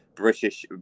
british